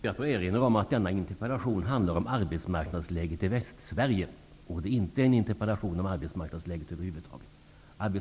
Jag ber att få erinra om att denna interpellation handlar om arbetsmarknadsläget i Västsverige, och att det inte är en interpellation om arbetsmarknadsläget över huvud taget.